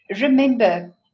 Remember